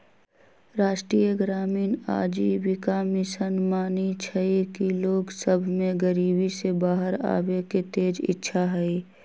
राष्ट्रीय ग्रामीण आजीविका मिशन मानइ छइ कि लोग सभ में गरीबी से बाहर आबेके तेज इच्छा हइ